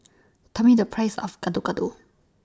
Tell Me The Price of Gado Gado